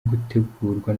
gutegurwa